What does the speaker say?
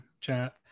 chat